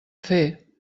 fer